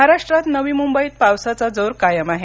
महाराष्ट्रात नवी मुंबईत पावसाचा जोर कायम आहे